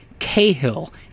Cahill